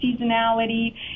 seasonality